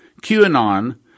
QAnon